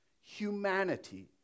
humanity